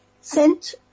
sent